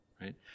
right